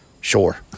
Sure